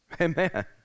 Amen